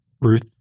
Ruth